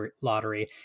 lottery